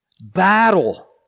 Battle